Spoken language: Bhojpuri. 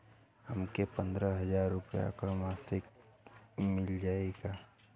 हमके पन्द्रह हजार रूपया क मासिक मिल जाई का?